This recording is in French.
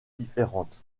différentes